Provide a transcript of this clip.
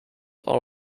are